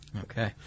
Okay